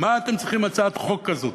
מה אתם צריכים הצעת חוק כזאת?